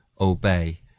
obey